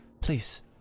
Please